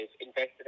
invested